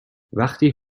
وقتی